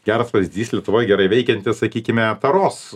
geras pavyzdys lietuvoj gerai veikianti sakykime taros